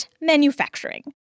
manufacturing